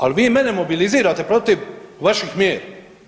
Ali vi mene mobilizirate protiv vaših mjera.